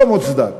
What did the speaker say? לא מוצדק.